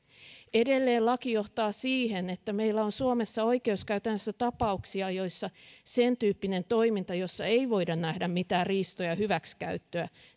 edelleen laki johtaa siihen että meillä on suomessa oikeuskäytännössä tapauksia joissa sentyyppinen toiminta jossa ei voida nähdä mitään riistoa ja hyväksikäyttöä